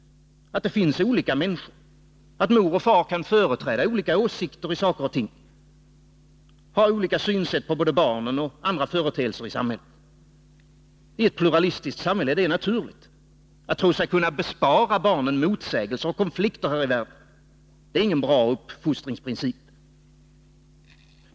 De får då uppleva att det finns olika slag av människor, att mor och far kan företräda skilda åsikter i olika frågor och ha skilda sätt att se på både barnen och andra företeelser i samhället. I ett pluralistiskt samhälle är detta naturligt. Att bespara människor motsägelser och konflikter är ingen bra uppfostringsprincip.